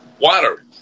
water